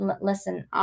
Listen